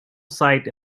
site